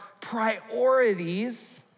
priorities